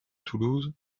toulouse